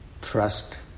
trust